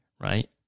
right